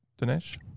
Dinesh